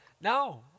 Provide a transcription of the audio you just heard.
No